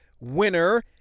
winner